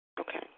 Okay